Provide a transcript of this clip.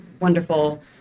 wonderful